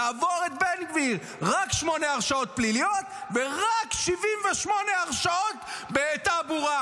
לעבור את בן גביר: רק שמונה הרשעות פליליות ורק 78 הרשעות בתעבורה.